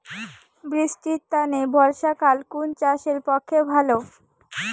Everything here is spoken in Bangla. বৃষ্টির তানে বর্ষাকাল কুন চাষের পক্ষে ভালো?